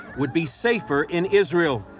would be safer in israel.